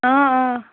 اۭں اۭں